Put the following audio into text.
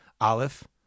Aleph